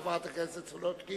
תודה רבה לחברת הכנסת סולודקין.